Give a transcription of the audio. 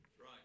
Right